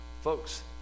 Folks